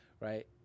right